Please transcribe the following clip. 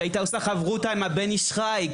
שהייתה עושה חברותא עם הבן איש חי.